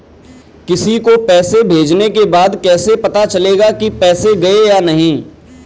किसी को पैसे भेजने के बाद कैसे पता चलेगा कि पैसे गए या नहीं?